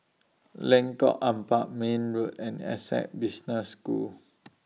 Lengkok Empat Mayne Road and Essec Business School